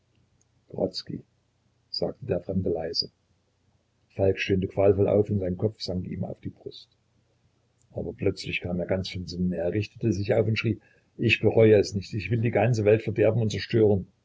sagte der fremde leise falk stöhnte qualvoll auf und sein kopf sank ihm auf die brust aber plötzlich kam er ganz von sinnen er richtete sich auf und schrie ich bereue es nicht ich will die ganze welt verderben und zerstören